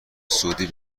سعودی